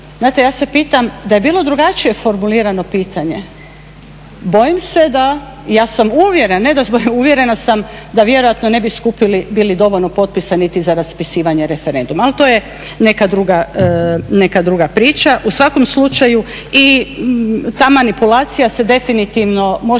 znate, ja se pitam da je bilo drugačije formulirano pitanje bojim se da, ja sam uvjerena da vjerojatno ne bi skupili dovoljno potpisa niti za raspisivanje referenduma, ali to je neka druga priča. U svakom slučaju i ta manipulacija se definitivno može